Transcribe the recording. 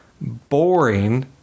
boring